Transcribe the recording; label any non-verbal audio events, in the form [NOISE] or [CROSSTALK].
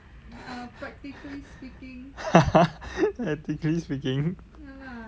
[LAUGHS] practically speaking